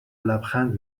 لبخند